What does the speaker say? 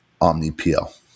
OmniPL